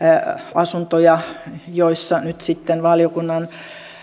asuntoja joissa nyt sitten valiokunnan